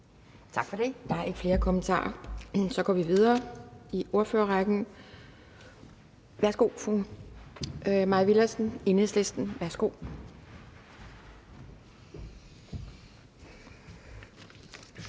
Tak for det. Der er ikke flere kommentarer. Så går vi videre i ordførerrækken til fru Mai Villadsen, Enhedslisten. Værsgo.